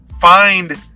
find